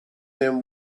name